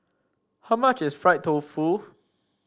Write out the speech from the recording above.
how much is Fried Tofu